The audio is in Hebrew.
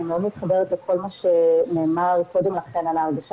אני מאוד מתחברת לכל מה שנאמר קודם לכן על ההרגשה